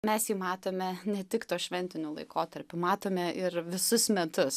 mes jį matome ne tik tuos šventiniu laikotarpiu matome ir visus metus